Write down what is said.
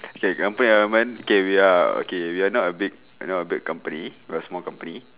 K company environment okay we are okay we're not a big not a big company we're a small company